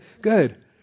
good